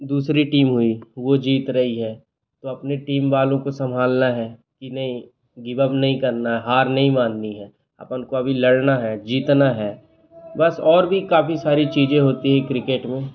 दूसरी टीम हुई वो जीत रही है तो अपनी टीम वालों को संभालना है कि नहीं गिव अब नहीं करना हर नहीं माननी है अपन को अभी लड़ना है जीतना है बस और भी काफ़ी सारी चीज़ें होती है क्रिकेट में